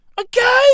Okay